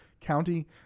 County